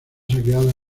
saqueadas